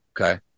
Okay